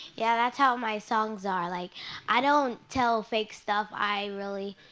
yeah, that's how my songs are. like i don't tell fake stuff i really,